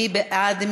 מי בעד?